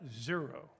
zero